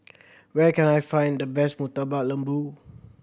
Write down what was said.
where can I find the best Murtabak Lembu